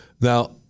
Now